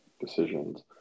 decisions